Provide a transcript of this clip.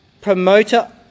promoter